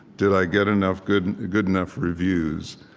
did i get enough good good enough reviews?